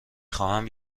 خواهم